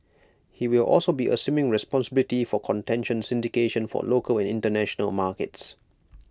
he will also be assuming responsibility for contention syndication for local and International markets